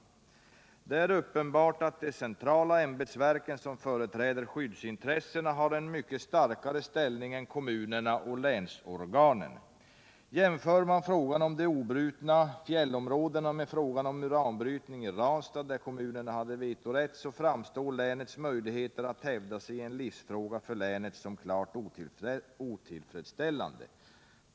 Det är uppenbart att de centrala ämbetsverken, som företräder skyddsintressena, har en mycket starkare ställning än kommunerna och länsorganen. Jämför man frågan om de obrutna fjällområdena med frågan om uranbrytning i Ranstad, där kommunerna hade vetorätt, så framstår länets möjligheter att hävda sig i en livsfråga för länet som klart otillfredsställande.